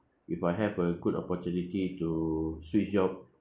if I have a good opportunity to switch job